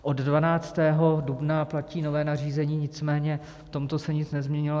Od 12. dubna platí nové nařízení, nicméně v tomto se nic nezměnilo.